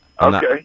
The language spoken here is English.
Okay